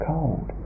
Cold